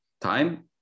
time